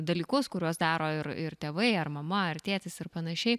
dalykus kuriuos daro ir ir tėvai ar mama ar tėtis ir panašiai